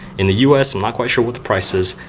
in the us, i'm not quite sure what the price is.